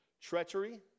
Treachery